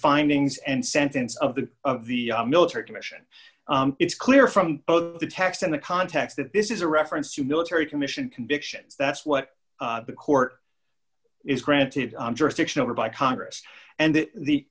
findings and sentence of the of the military commission it's clear from the text and the context that this is a reference to military commission convictions that's what the court is granted jurisdiction over by congress and the